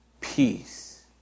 peace